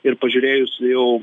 ir pažiūrėjus jau